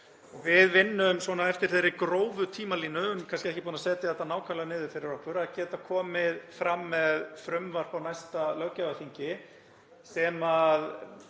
Við vinnum eftir þeirri grófu tímalínu, erum kannski ekki búin að setja þetta nákvæmlega niður fyrir okkur, að geta komið fram með frumvarp á næsta löggjafarþingi sem